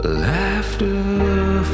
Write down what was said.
laughter